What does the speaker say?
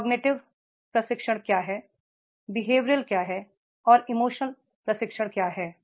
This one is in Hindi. कॉग्निटिव के ये प्रशिक्षणक्या हैं बिहेवियरल क्या है और इमोशनल क्या है